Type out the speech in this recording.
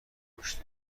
انگشت